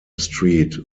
street